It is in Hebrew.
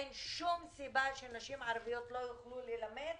אין שום סיבה שנשים ערביות לא יוכלו ללמד